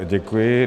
Děkuji.